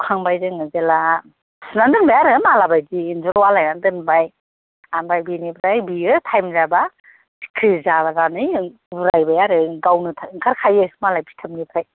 सुखांबाय जोङो जेला सुनानै दोनबाय आरो मालाबायदि इन्जुराव आलायनानै दोनबाय ओमफ्राय बेनिफ्राय बियो टाइम जाबा सिखिरि जानानै उरायबाय आरो गावनो ओंखारखायो मालाय फिथोबनिफ्राय